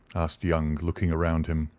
asked young, looking round him.